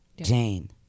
Jane